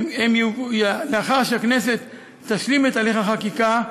לאחר שהכנסת תשלים את הליך החקיקה,